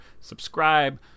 Subscribe